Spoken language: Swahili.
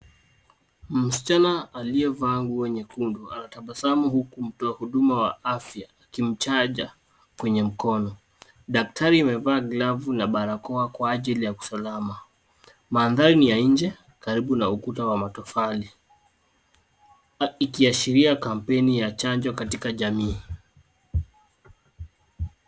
Msichana aliyevaa nguo nyekundu ana tabasamu huku mtoa huduma wa afya akimchanja kwenye mkono. Daktari amevaa glavu na barakoa kwa ajili ya usalama. Mandhari ni ya nje, karibu na ukuta wa matofali, ikiashiria kampeni ya chanjo katika jamii.